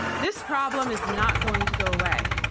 this problem is not going to go away.